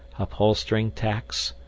upholstering tacks,